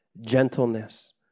gentleness